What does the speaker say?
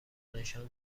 نشان